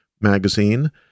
magazine